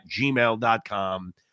gmail.com